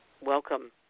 welcome